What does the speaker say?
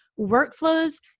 workflows